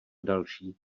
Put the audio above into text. další